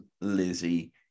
Lizzie